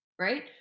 right